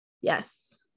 yes